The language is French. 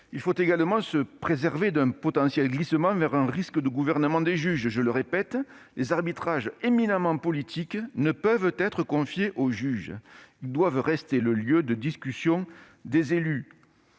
Il faut également se préserver d'un potentiel glissement vers un gouvernement des juges. Je le répète, les arbitrages éminemment politiques ne peuvent être confiés aux juges. Ces arbitrages doivent rester le lieu de discussion des élus.